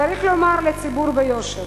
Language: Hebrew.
צריך לומר לציבור ביושר,